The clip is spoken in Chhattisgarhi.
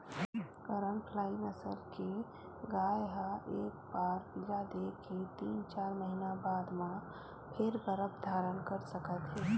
करन फ्राइ नसल के गाय ह एक बार पिला दे के तीन, चार महिना बाद म फेर गरभ धारन कर सकत हे